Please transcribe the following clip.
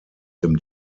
dem